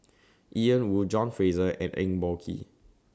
Ian Woo John Fraser and Eng Boh Kee